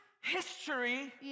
history